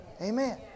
Amen